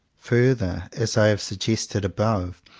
further, as i have suggested above,